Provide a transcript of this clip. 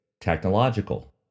technological